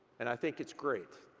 and i think it's great.